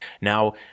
now